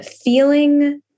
feeling